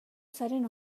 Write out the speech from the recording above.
zaren